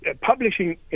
publishing